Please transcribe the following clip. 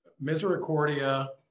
Misericordia